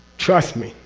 trust me.